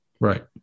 right